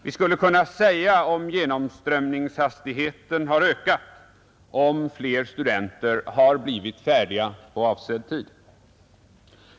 Vi skulle kunna säga om genomströmningshastigheten har ökat och om fler studenter har blivit färdiga på avsedd tid.